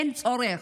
אין צורך.